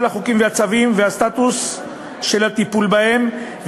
החוקים והצווים והסטטוס של הטיפול בהם,